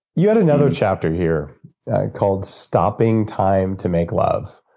you had another chapter here called, stopping time to make love.